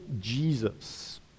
Jesus